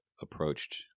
approached